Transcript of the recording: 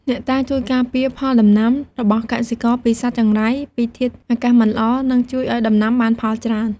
អ្នកតាជួយការពារផលដំណាំ របស់កសិករពីសត្វចង្រៃ ពីធាតុអាកាសមិនល្អ និងជួយឱ្យដំណាំបានផលច្រើន។